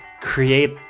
create